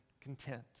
content